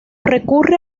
recurre